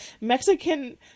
Mexican